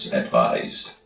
advised